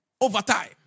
overtime